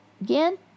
Again